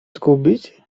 zgubić